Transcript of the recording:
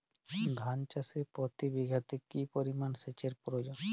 ধান চাষে প্রতি বিঘাতে কি পরিমান সেচের প্রয়োজন?